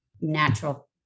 natural